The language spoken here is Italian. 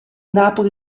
napoli